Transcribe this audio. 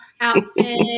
outfit